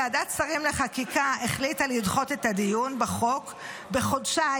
ועדת שרים לחקיקה החליטה לדחות את הדיון בחוק בחודשיים.